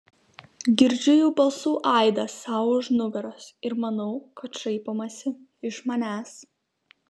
girdžiu jų balsų aidą sau už nugaros ir manau kad šaipomasi iš manęs